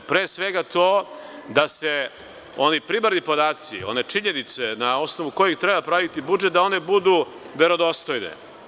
Pre svega to da se oni primarni podaci, one činjenice na osnovu kojih treba praviti budžet, da one budu verodostojne.